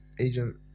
Agent